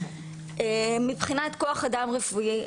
מבחינת כוח אדם רפואי,